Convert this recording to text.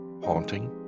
haunting